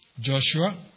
Joshua